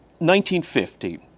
1950